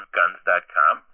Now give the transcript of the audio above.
guns.com